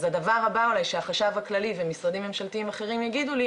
אז הדבר הבא אולי שהחשב הכללי ומשרדים ממשלתיים אחרים יגידו לי,